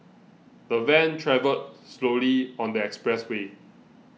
the van travelled slowly on the expressway